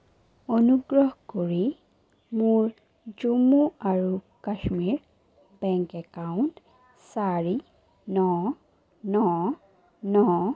অনুগ্ৰহ কৰি মোৰ জম্মু আৰু কাশ্মীৰ বেংক একাউণ্ট চাৰি ন ন ন